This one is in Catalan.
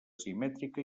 simètrica